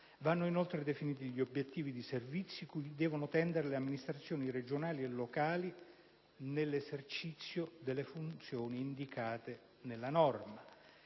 Vanno, inoltre, definiti gli obiettivi di servizio cui devono tendere le amministrazioni regionali e locali nell'esercizio delle funzioni indicate nella norma.